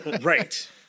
right